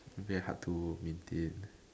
very hard to maintain